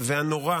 והנורא